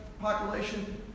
population